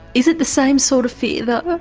is it the same sort of fear though,